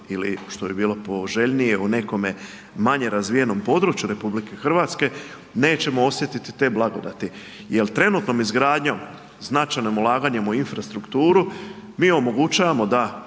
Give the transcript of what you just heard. ili što bi bilo poželjnije ili u nekom manje razvijenom području RH, nećemo osjetiti te blagodati. Jer trenutno izgradnjom značajnim ulaganjem u infrastrukturu mi omogućavamo da